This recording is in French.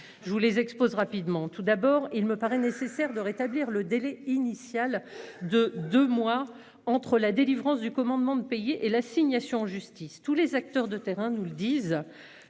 je vous les expose rapidement tout d'abord, il me paraît nécessaire de rétablir le délai initial de 2 mois entre la délivrance du commandement de payer et l'assignation en justice tous les acteurs de terrain nous le disent.